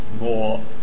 more